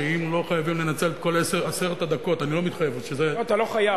שאם לא חייבים לנצל את כל עשר הדקות - אני לא מתחייב --- אתה לא חייב.